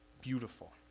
Beautiful